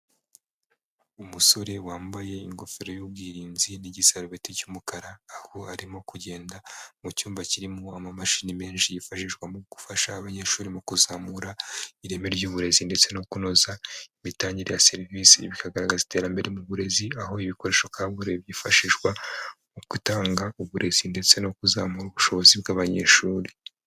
Umusore wambaye ingofero y'ubwirinzi n'igisarubeti cy'umukara, aho arimo kugenda mu cyumba kirimo amamashini menshi yifashishwa mu gufasha abanyeshuri mu kuzamura ireme ry'uburezi ndetse no kunoza imitangire ya serivisi. Ibi bikagaragaza iterambere mu burezi, aho ibikoresho kabuhariwe byifashishwa mu gutanga uburezi ndetse no kuzamura ubushobozi bw'abanyeshuri.